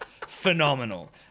Phenomenal